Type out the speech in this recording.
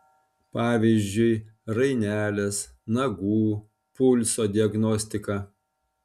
pavyzdžiui rainelės nagų pulso diagnostika